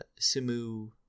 Simu